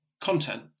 content